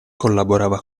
collaborava